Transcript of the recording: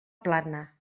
plana